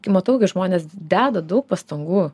kai matau kai žmonės deda daug pastangų